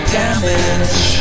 damage